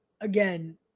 again